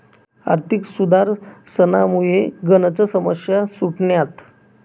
आर्थिक सुधारसनामुये गनच समस्या सुटण्यात